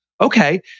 Okay